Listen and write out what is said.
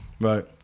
Right